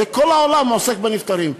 כל העולם עוסק בנפטרים.